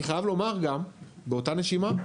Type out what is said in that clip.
אני חייב לומר גם באותה נשימה,